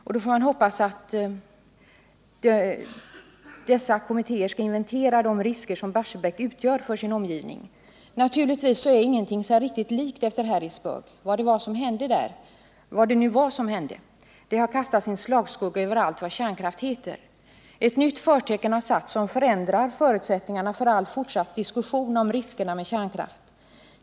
Man får hoppas att dessa kommittéer kommer att undersöka de risker som Barsebäck utgör för sin omgivning. Naturligtvis är sig ingenting riktigt likt efter Harrisburg. Det som hände där — vad det nu var som hände där — har kastat sin slagskugga över allt vad kärnkraft heter. Ett nytt förtecken har satts som ändrar förutsättningarna för all fortsatt diskussion om riskerna med kärnkraft.